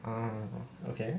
ah okay